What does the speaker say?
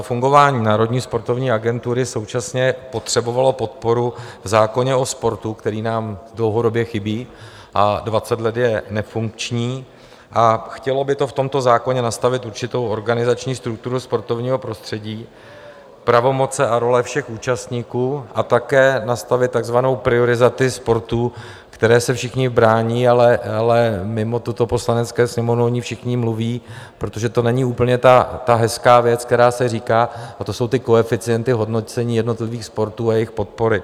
Fungování Národní sportovní agentury současně potřebovalo podporu v zákoně o sportu, který nám dlouhodobě chybí a dvacet let je nefunkční, a chtělo by to v tomto zákoně nastavit určitou organizační strukturu sportovního prostředí, pravomoce a role všech účastníků a také nastavit takzvanou prioritizaci sportů, které se všichni brání, ale mimo tuto Poslaneckou sněmovnu o ní všichni mluví, protože to není úplně ta hezká věc, která se říká, a to jsou koeficienty hodnocení jednotlivých sportů a jejich podpory.